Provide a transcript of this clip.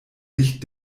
licht